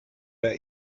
der